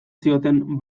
zioten